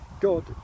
God